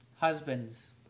Husbands